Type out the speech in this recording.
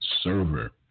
server